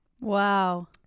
wow